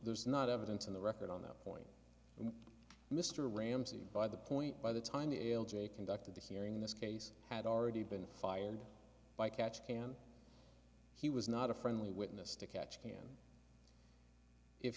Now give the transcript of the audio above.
there's not evidence in the record on that point and mr ramsey by the point by the time the ael j conducted the hearing in this case had already been fired by catch can he was not a friendly witness to catch him if